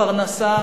פרנסה,